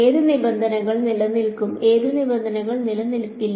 ഏത് നിബന്ധനകൾ നിലനിൽക്കും ഏത് നിബന്ധനകൾ നിലനിൽക്കില്ല